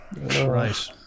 Right